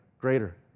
greater